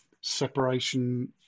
separation